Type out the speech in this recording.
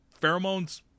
Pheromones